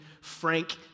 Frank